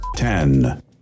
Ten